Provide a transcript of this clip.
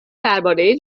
درباره